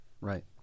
right